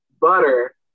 butter